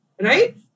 Right